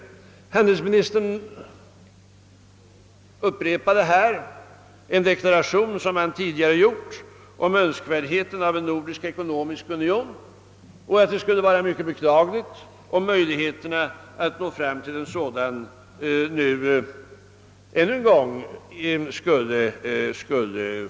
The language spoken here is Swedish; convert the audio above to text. Handelsministern upprepade en deklaration som han tidigare gjort om Önskvärdheten av en nordisk ekonomisk union och sade att det skulle vara mycket beklagligt, om möjligheterna att nå fram till en sådan ännu en gång skulle försummas.